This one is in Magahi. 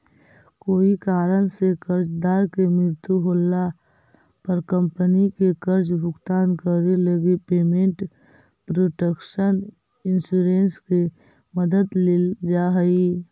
कोई कारण से कर्जदार के मृत्यु होला पर कंपनी के कर्ज भुगतान करे लगी पेमेंट प्रोटक्शन इंश्योरेंस के मदद लेल जा हइ